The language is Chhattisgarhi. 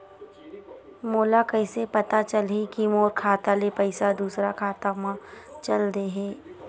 मोला कइसे पता चलही कि मोर खाता ले पईसा दूसरा खाता मा चल देहे?